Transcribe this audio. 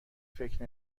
فکر